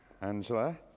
Angela